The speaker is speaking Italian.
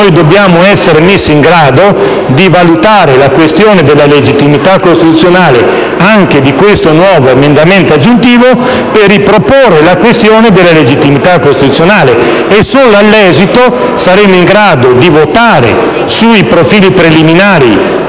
che l'Aula sia messa in grado di valutare la legittimità costituzionale anche di questo nuovo emendamento aggiuntivo per riproporre la questione della stessa legittimità costituzionale. Solo all'esito di questa, saremo in grado di votare sui profili preliminari